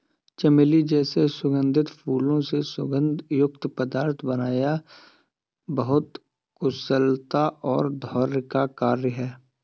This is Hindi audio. चमेली जैसे सुगंधित फूलों से सुगंध युक्त पदार्थ बनाना बहुत कुशलता और धैर्य का कार्य है